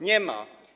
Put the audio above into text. Nie ma.